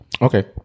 Okay